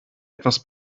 etwas